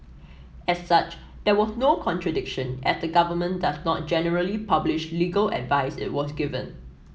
as such there was no contradiction as the government does not generally publish legal advice it was given